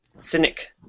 cynic